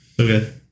okay